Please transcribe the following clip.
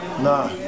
Nah